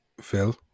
phil